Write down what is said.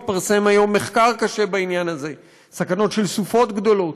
מתפרסם היום מחקר קשה בעניין הזה: סכנות של סופות גדולות,